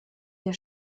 der